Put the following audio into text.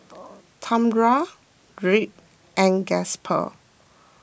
Tamra Rick and Gasper